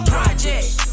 Project